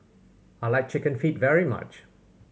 I like Chicken Feet very much